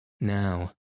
Now